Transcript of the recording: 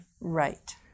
right